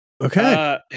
Okay